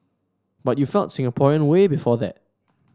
but you felt Singaporean way before that